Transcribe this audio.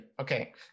okay